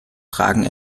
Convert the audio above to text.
tragen